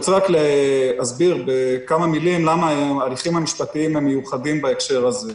אסביר בכמה מילים למה ההליכים המשפטיים הם מיוחדים בהקשר הזה.